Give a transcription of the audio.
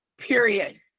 Period